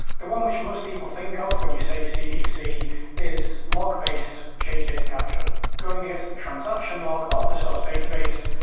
the one which most people think of when you say cdc is log-based change data capture. going against the transaction log of the source database.